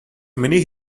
many